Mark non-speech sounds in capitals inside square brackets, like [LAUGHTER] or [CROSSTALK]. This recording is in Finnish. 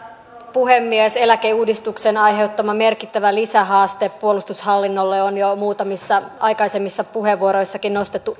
puhemies eläkeuudistuksen aiheuttama merkittävä lisähaaste puolustushallinnolle on jo muutamissa aikaisemmissa puheenvuoroissakin nostettu [UNINTELLIGIBLE]